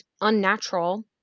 unnatural